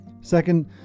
Second